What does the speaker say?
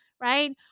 right